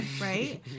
right